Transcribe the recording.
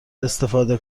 استفاده